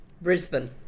Brisbane